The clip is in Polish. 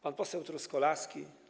Pan poseł Truskolaski.